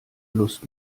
lust